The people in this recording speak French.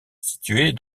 située